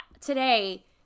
today